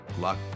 luck